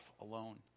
alone